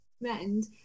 recommend